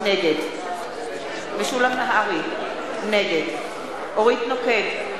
נגד משולם נהרי, נגד אורית נוקד,